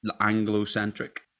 Anglo-centric